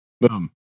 Boom